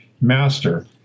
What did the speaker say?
master